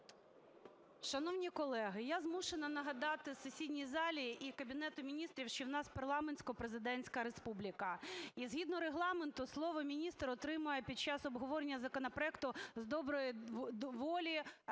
Шановні колеги, я змушена нагадати сесійній залі і Кабінету Міністрів, що у нас парламентсько-президентська республіка. І згідно Регламенту слово міністр отримує під час обговорення законопроекту з доброї волі